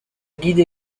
guide